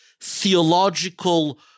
theological